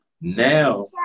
now